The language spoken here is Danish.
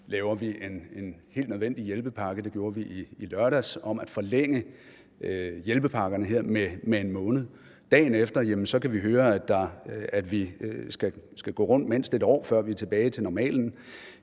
laver vi en helt nødvendig hjælpepakke – det gjorde vi i lørdags – om at forlænge hjælpepakkerne med 1 måned. Dagen efter kan vi høre, at vi skal gå rundt mindst 1 år, før vi er tilbage til normalen.